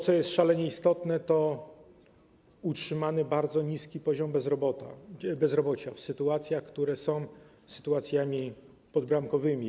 Co jest szalenie istotne, utrzymano bardzo niski poziom bezrobocia w sytuacjach, które są sytuacjami podbramkowymi.